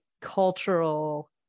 cultural